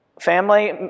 family